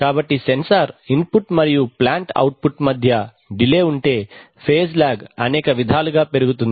కాబట్టి sensor input మరియు plant output మధ్య డిలే ఉంటే ఫేజ్ లాగ్ అనేక విధాలుగా పెరుగుతుంది